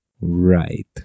right